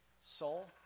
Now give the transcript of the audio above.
soul